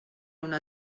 una